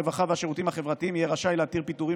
הרווחה והשירותים החברתיים יהיה רשאי להתיר פיטורים